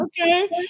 Okay